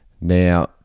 Now